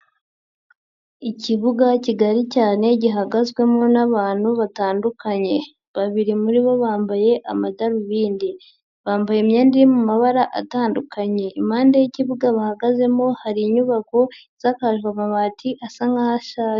Ikibuga kigari cyane gihagazwemo n'abantu batandukanye. Babiri muri bo bambaye amadarubindi, bambaye imyenda iri mu mabara atandukanye. Impande y'ikibuga bahagazemo hari inyubako isakajwe amabati asa nkaho ashaje.